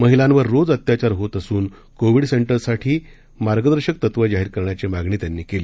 महिलांवर रोज अत्याचार होत असून कोविड सेंटर साठी मार्गदर्शक तत्वं जाहीर करण्याची मागणी त्यांनी केली